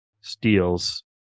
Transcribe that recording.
steals